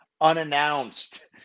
unannounced